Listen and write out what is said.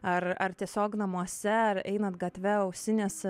ar ar tiesiog namuose ar einant gatve ausinėse